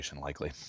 likely